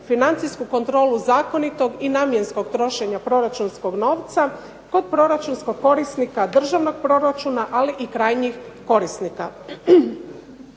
financijsku kontrolu zakonitog i namjenskog trošenja proračunskog novca kod proračunskog korisnika državnog proračuna, ali i krajnjih korisnika.